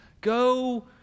Go